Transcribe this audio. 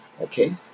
Okay